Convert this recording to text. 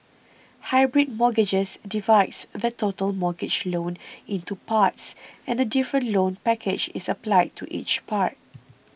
hybrid mortgages divides the total mortgage loan into parts and a different loan package is applied to each part